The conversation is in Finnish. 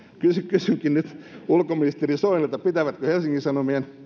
kysynkin nyt ulkoministeri soinilta pitävätkö helsingin sanomien